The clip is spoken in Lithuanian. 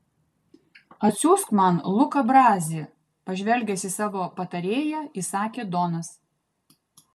atsiųsk man luką brazį pažvelgęs į savo patarėją įsakė donas